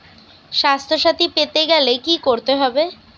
স্বাস্থসাথী পেতে গেলে কি করতে হবে?